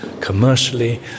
commercially